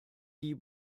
die